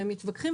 והם מתווכחים,